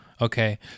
Okay